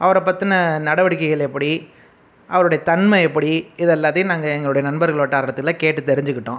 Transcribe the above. அவரை பற்றின நடவடிக்கைகள் எப்படி அவருடைய தன்மை எப்படி இது எல்லாத்தையும் நாங்கள் எங்களுடைய நண்பர்கள் வட்டாரத்தில் கேட்டு தெரிஞ்சிக்கிட்டோம்